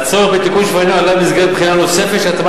"הצורך בתיקון שלפנינו עלה במסגרת בחינה נוספת של התאמת